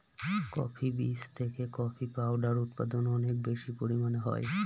coffee বীজ থেকে coffee powder উৎপাদন অনেক বেশি পরিমানে হয়